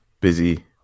Busy